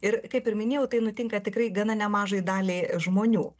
ir kaip ir minėjau tai nutinka tikrai gana nemažai daliai žmonių